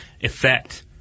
effect